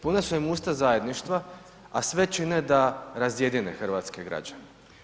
Puna su im usta zajedništva a sve čine da razjedine hrvatske građane.